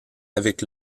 avec